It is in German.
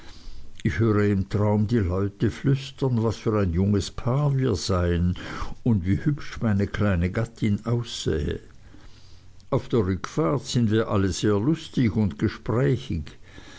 ich höre im traum die leute flüstern was für ein junges paar wir seien und wie hübsch meine kleine gattin aussähe auf der rückfahrt sind wir alle sehr lustig und gesprächig